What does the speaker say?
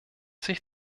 sich